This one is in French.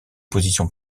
position